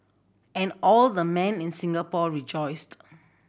and all the men in Singapore rejoiced